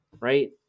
right